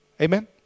Amen